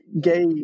gay